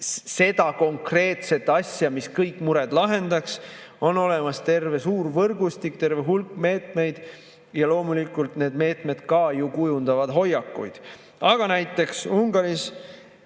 seda konkreetset asja, mis kõik mured lahendaks. On olemas terve suur võrgustik, terve hulk meetmeid. Ja loomulikult need meetmed ju kujundavad hoiakuid. Näiteks Ungaris